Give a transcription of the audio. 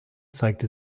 zeigte